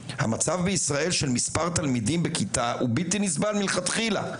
של מספר תלמידים בכיתה הוא בלתי נסבל מלכתחילה.